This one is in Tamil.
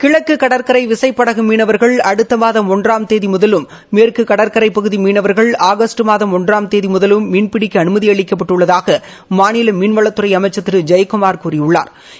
கிழக்கு கடற்கரை விசைப்படகு மீனவர்கள் அடுத்த மாதம் ஒன்றாம் தேதி முதலும் மேற்கு கடற்கரைப்பகுதி மீனவர்கள் ஆகஸ்ட் மாதம் ஒன்றாம் தேதி முதலும் மீன்பிடிக்க அனுமதி அளிக்கப்பட்டுள்ளதாக மாநில மீன்வளத்துறை அமைச்சா் திரு ஜெயக்குமாா் கூறியுள்ளாா்